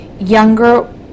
younger